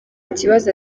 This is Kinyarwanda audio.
kibazo